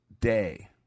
day